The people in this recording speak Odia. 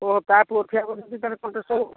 କେବଳ ତା ପୁଅ ଠିଆ ହେବନି କି ତା'ର କଣ୍ଟେଷ୍ଟ୍ ହେବ